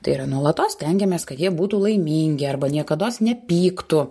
tai yra nuolatos stengiamės kad jie būtų laimingi arba niekados nepyktų